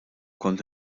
kont